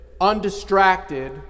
undistracted